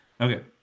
Okay